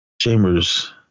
Chambers